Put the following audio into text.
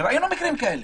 ראינו מקרים כאלה.